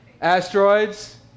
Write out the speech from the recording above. Asteroids